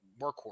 workhorse